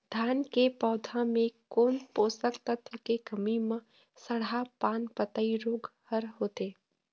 धान के पौधा मे कोन पोषक तत्व के कमी म सड़हा पान पतई रोग हर होथे?